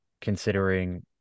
considering